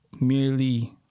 merely